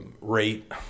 rate